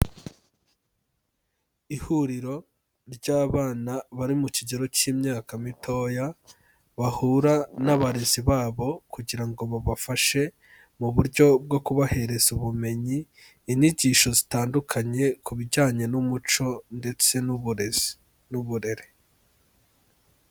Ihuriro ry'abana bari mu kigero cy'imyaka mitoya, bahura n'abarezi babo kugira ngo babafashe mu buryo bwo kubahereza ubumenyi, inyigisho zitandukanye ku bijyanye n'umuco ndetse n'uburezi n'uburere.